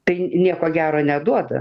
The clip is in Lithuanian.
tai nieko gero neduoda